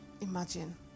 imagine